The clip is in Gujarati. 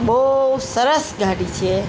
બહુ સરસ ગાડી છે